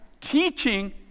teaching